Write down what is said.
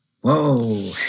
Whoa